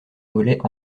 mollets